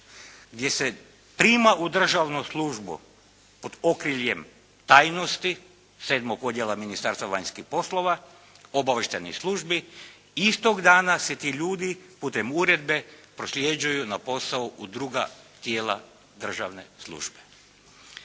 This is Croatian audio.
gdje se prima u državnu službu pod okriljem tajnosti sedmog odjela Ministarstva vanjskih poslova, obavještajnih službi. Istog dana se ti ljudi putem uredbe prosljeđuju na posao u druga tijela državne službe.